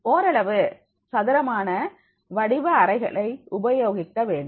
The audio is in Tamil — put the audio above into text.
ஓரளவு சதுரமான வடிவ அறைகளை உபயோகிக்க வேண்டும்